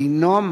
דינו,